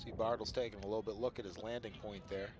see bartels take a little bit look at his landing point there